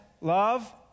love